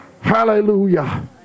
hallelujah